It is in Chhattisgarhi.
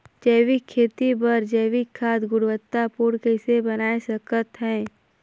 जैविक खेती बर जैविक खाद गुणवत्ता पूर्ण कइसे बनाय सकत हैं?